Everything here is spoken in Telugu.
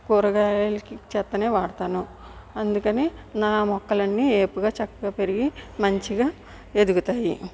కూరగాయలకి చెత్తనే వాడుతాను అందుకని నా మొక్కలన్నీ వేపుగా చక్కగా పెరిగి మంచిగా ఎదుగుతాయి